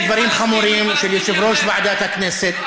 אלה דברים חמורים של יושב-ראש ועדת הכנסת,